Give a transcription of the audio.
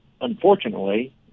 unfortunately